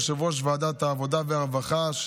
יושב-ראש ועדת העבודה והרווחה,